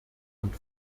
und